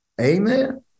Amen